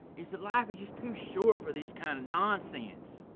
is that life is just too short for this kind of nonsense.